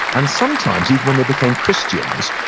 and sometimes, even when they became christians,